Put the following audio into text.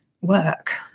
work